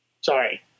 Sorry